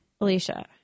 alicia